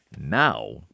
now